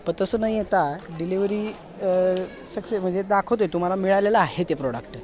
पण तसं न येता डिलेवरी सक्सेस म्हणजे दाखवतो आहे तुम्हाला मिळालेलं आहे ते प्रोडक्ट